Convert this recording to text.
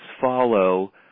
follow